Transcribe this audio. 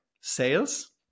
sales